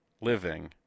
living